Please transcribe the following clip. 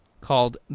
called